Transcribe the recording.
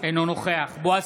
אינו נוכח בועז